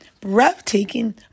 breathtaking